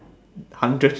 hundred